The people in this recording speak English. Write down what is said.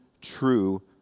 true